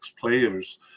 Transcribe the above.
players